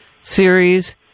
series